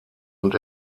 und